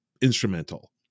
instrumental